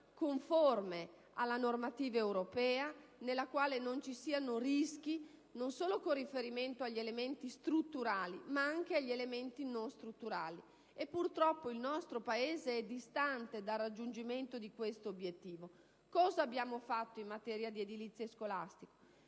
conforme alla normativa europea, nella quale non vi siano rischi, non solo con riferimento agli elementi strutturali, ma anche agli elementi non strutturali. Purtroppo il nostro Paese è distante dal raggiungimento di questo obiettivo. Sottolineo poi che per il Governo l'edilizia scolastica